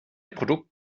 produkt